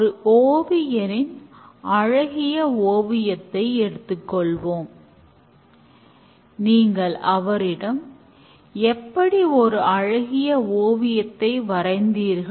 ஒரு ஓவியரின் அழகிய ஓவியத்தை எடுத்துக்கொள்வோம் நீங்கள் அவரிடம் எப்படி ஒரு அழகிய ஓவியத்தை வரைந்தீர்கள்